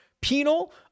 penal